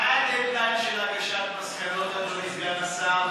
מתי הדדליין להגשת מסקנות, אדוני סגן השר?